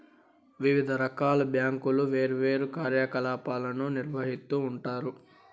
వివిధ రకాల బ్యాంకులు వేర్వేరు కార్యకలాపాలను నిర్వహిత్తూ ఉంటాయి